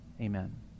Amen